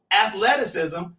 athleticism